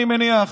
אני מניח,